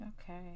Okay